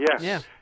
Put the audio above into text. yes